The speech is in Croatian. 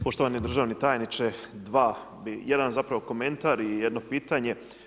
Poštovani državni tajniče, dva bih, jedan zapravo komentar i jedno pitanje.